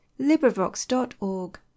LibriVox.org